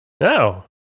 No